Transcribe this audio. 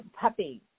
puppy